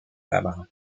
fabre